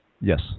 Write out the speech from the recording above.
Yes